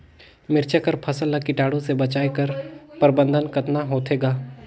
मिरचा कर फसल ला कीटाणु से बचाय कर प्रबंधन कतना होथे ग?